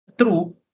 true